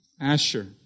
Asher